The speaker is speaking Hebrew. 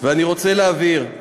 ואני רוצה להבהיר,